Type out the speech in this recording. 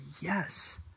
yes